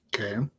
Okay